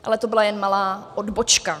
Ale to byla jen malá odbočka.